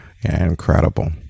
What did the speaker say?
Incredible